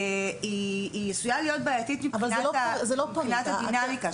היא עשויה להיות בעייתית מבחינת הדינמיקה.